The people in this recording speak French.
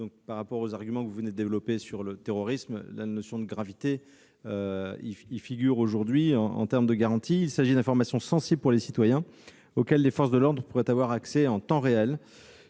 Au regard des arguments que vous venez de développer sur le terrorisme, j'indique que la notion de gravité est aujourd'hui mentionnée. Il s'agit d'informations sensibles pour les citoyens, auxquelles les forces de l'ordre pourraient avoir accès en temps réel.